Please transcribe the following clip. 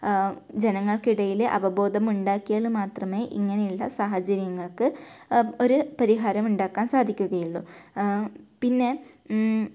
ജനങ്ങൾക്കിടയിൽ അവബോധം ഉണ്ടാക്കിയാൽ മാത്രമേ ഇങ്ങനെയുള്ള സാഹചര്യങ്ങൾക്ക് ഒരു പരിഹാരം ഉണ്ടാക്കാൻ സാധിക്കുകയുള്ളൂ പിന്നെ